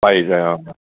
পাৰি যায় অঁ